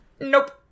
nope